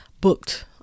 booked